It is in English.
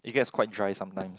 it gets quite dry sometimes